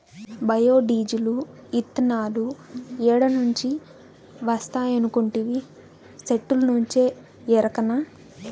bio diesel, ఇతనాలు ఏడ నుంచి వస్తాయనుకొంటివి, సెట్టుల్నుంచే ఎరకనా